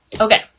Okay